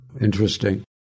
Interesting